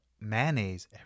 mayonnaise